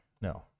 No